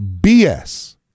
BS